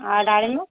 ଆଉ ଡାଳିମ୍ବ